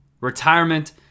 Retirement